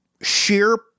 sheer